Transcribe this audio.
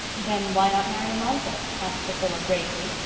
then why not marry alonzo? asked priscilla gravely.